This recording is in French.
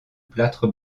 plâtre